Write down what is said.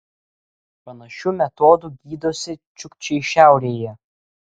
panašiu metodu gydosi čiukčiai šiaurėje